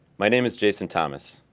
my name is jason thomas.